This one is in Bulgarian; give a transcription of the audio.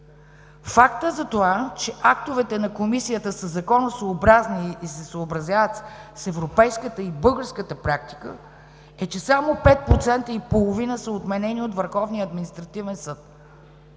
Фактът, че актовете на Комисията са законосъобразни и се съобразяват с европейската и с българската практика е, че само 5,5% са отменени от